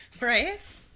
Right